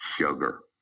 Sugar